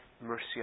mercy